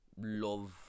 love